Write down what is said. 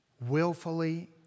willfully